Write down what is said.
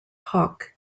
hawk